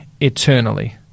eternally